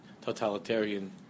totalitarian